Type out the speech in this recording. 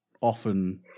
often